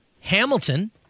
Hamilton